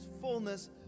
fullness